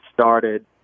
started